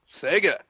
Sega